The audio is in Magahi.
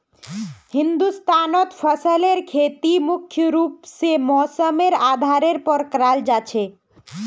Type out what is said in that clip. हिंदुस्तानत फसलेर खेती मुख्य रूप से मौसमेर आधारेर पर कराल जा छे